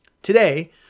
Today